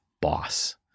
boss